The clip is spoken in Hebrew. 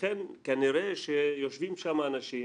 ולכן כנראה שיושבים שם אנשים